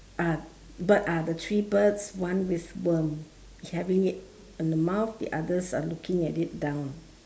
ah bird ah the three birds one with worm having it in the mouth the others are looking at it down